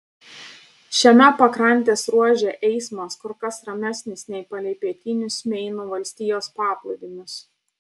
šiame pakrantės ruože eismas kur kas ramesnis nei palei pietinius meino valstijos paplūdimius